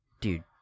dude